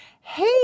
Hey